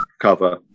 cover